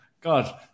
God